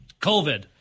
COVID